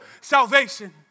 salvation